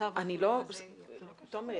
שמצב החירום הזה --- תומר,